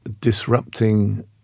disrupting